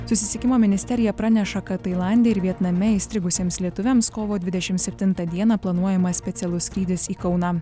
susisiekimo ministerija praneša kad tailande ir vietname įstrigusiems lietuviams kovo dvidešim septintą dieną planuojamas specialus skrydis į kauną